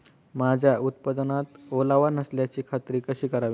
माझ्या उत्पादनात ओलावा नसल्याची खात्री कशी करावी?